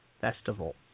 festival